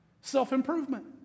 Self-improvement